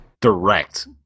direct